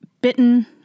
bitten